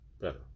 Better